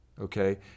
okay